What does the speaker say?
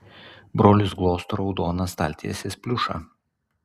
brolis glosto raudoną staltiesės pliušą